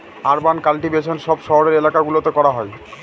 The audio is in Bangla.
আরবান কাল্টিভেশন সব শহরের এলাকা গুলোতে করা হয়